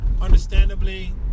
Understandably